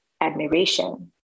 admiration